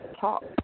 talk